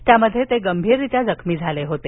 त्यामध्ये ते गंभीररीत्या जखमी झाले होते